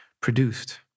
produced